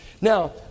Now